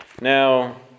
Now